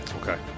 Okay